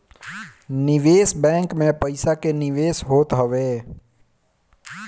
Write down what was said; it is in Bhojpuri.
निवेश बैंक में पईसा के निवेश होत हवे